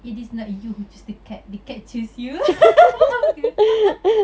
it is not you who choose the cat the cat choose you faham ke